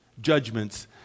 judgments